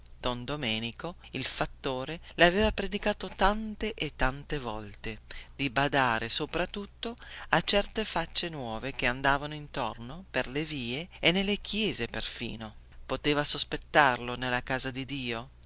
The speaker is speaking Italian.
don domenico il fattore laveva predicato tante e tante volte di badare sopra tutto a certe facce nuove che andavano intorno per le vie e nelle chiese perfino potevate sospettarlo nella casa di dio